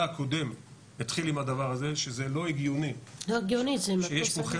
הקודם התחיל עם הדבר הזה שזה לא הגיוני שיש פה חיל